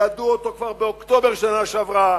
ידעו אותו כבר באוקטובר שנה שעברה,